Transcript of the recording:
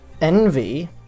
Envy